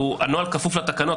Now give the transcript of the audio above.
הנוהל כפוף לתקנות.